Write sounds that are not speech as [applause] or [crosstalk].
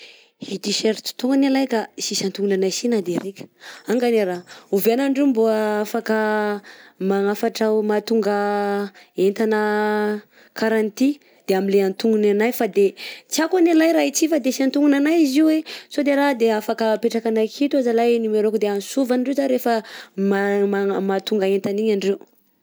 I tiserta koa anie lahy ka i sisy agnotognona anahy si na de raika, angany e raha. _x000D_ Ôviana andreo mbo a afaka [hesitation] magnafatra- mahatonga entana [hesitation] karaha an'ity? _x000D_ De amin'le antognony anahy fa de tiàko anie lahy raha ty fa de sy antognona anahy izy io, sao de raha de afaka apetrakanay aketo zalahy e numero-ko, de ansoviandreo zah refa magna- mahatonga entana io andreo.